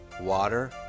water